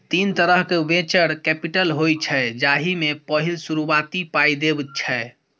तीन तरहक venture capital होइ छै जाहि मे पहिल शुरुआती पाइ देब छै